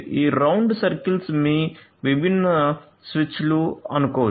ఈ round circles మీ విభిన్న స్విచ్లు అని చెప్పండి